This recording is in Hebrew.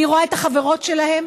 אני רואה את החברות שלהן,